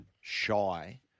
shy